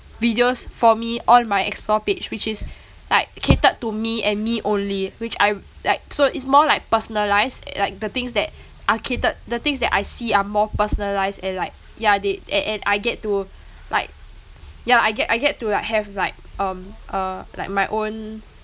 videos for me on my explore page which is like catered to me and me only which I like so it's more like personalised like the things that are catered the things that I see are more personalised and like yeah they and and I get to like yeah I get I get to like have like um uh like my own